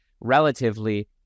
relatively